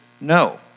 No